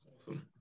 Awesome